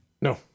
No